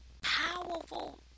Powerful